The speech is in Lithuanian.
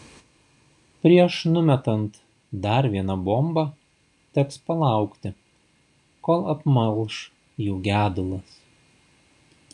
prieš numetant dar vieną bombą teks palaukti kol apmalš jų gedulas